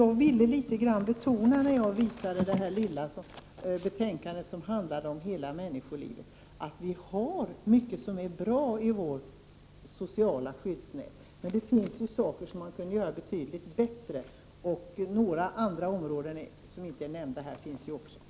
Jag ville, när jag visade det lilla betänkandet som handlar om hela människolivet, betona att vi har mycket som är bra i vårt sociala skyddsnät. Men det finns saker man kunde göra betydligt bättre. Några andra områden, som inte är nämnda här, finns också.